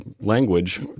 language